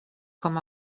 com